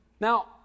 Now